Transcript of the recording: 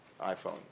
iPhone